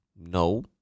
No